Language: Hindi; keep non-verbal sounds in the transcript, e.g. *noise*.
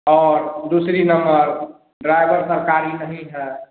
और दूसरी *unintelligible* ड्राइवर सरकारी नहीं है